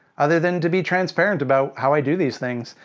other than to be transparent about how i do these things,